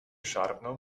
szarpną